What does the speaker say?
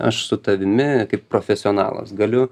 aš su tavimi kaip profesionalas galiu